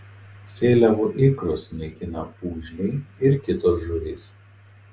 seliavų ikrus naikina pūgžliai ir kitos žuvys